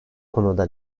konuda